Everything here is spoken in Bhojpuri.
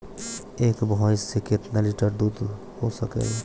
एक भइस से कितना लिटर दूध हो सकेला?